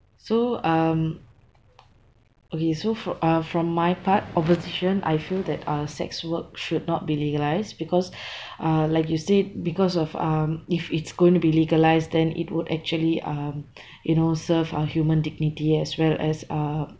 so um okay so for uh from my part opposition I feel that uh sex work should not be legalised because uh like you said because of um if it's going to be legalised then it would actually um you know serve our human dignity as well as uh